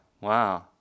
wow